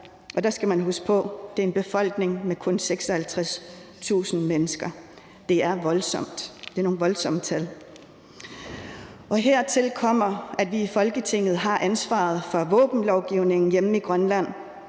Og der skal man huske på, at det er en befolkning med kun 56.000 mennesker. Det er voldsomt, og det er nogle voldsomme tal. Hertil kommer, at vi i Folketinget har ansvaret for våbenlovgivningen hjemme i Grønland.